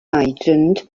agent